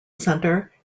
center